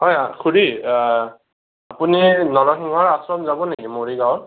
হয় খুৰী আপুনি নৰসিংহ আশ্ৰম যাব নেকি মৰিগাঁওৰ